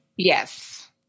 Yes